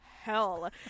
hell